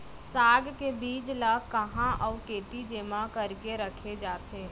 साग के बीज ला कहाँ अऊ केती जेमा करके रखे जाथे?